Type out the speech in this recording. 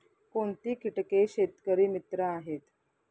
कोणती किटके शेतकरी मित्र आहेत?